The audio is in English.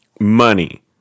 Money